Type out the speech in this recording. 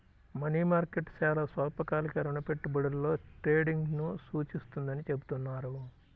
money market చాలా స్వల్పకాలిక రుణ పెట్టుబడులలో ట్రేడింగ్ను సూచిస్తుందని చెబుతున్నారు